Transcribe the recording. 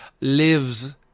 lives